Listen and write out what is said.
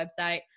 website